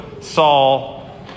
Saul